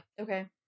Okay